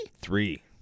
Three